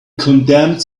condemned